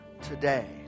today